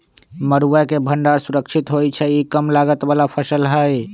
मरुआ के भण्डार सुरक्षित होइ छइ इ कम लागत बला फ़सल हइ